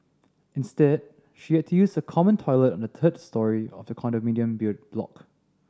instead she had to use a common toilet on the third storey of the condominium block